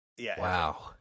Wow